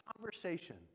conversation